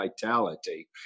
vitality